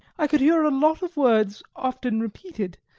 i could hear a lot of words often repeated,